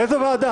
לאיזו ועדה?